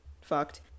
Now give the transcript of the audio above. fucked